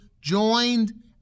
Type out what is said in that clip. joined